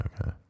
okay